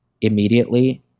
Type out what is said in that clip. immediately